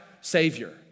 Savior